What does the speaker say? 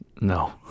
no